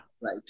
right